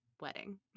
wedding